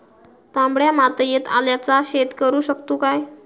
तामड्या मातयेत आल्याचा शेत करु शकतू काय?